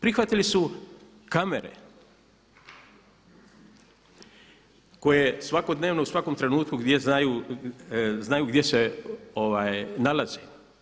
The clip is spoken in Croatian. Prihvatili su kamere koje svakodnevno u svakom trenutku gdje znaju, znaju gdje se nalaze.